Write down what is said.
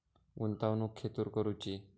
गुंतवणुक खेतुर करूची?